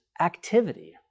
activity